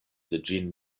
ĝin